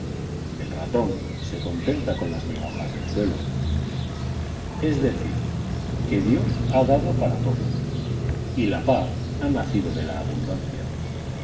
el ratón se contenta con las migajas del suelo es decir que dios ha dado para todos y la paz ha nacido de la abundancia